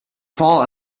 fall